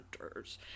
hunters